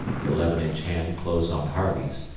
the eleven-inch hand closed on harvey's,